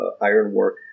ironwork